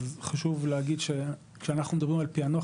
חשוב להגיד שכשאנחנו מדברים על פענוח,